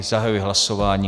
Zahajuji hlasování.